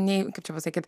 nei kaip čia pasakyt